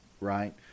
right